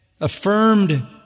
affirmed